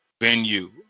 venue